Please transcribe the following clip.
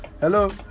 Hello